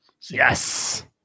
yes